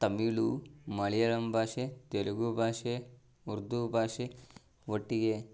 ತಮಿಳ್ ಮಲಯಾಳಂ ಭಾಷೆ ತೆಲುಗು ಭಾಷೆ ಉರ್ದು ಭಾಷೆ ಒಟ್ಟಿಗೇ